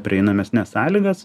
prieinamesnes sąlygas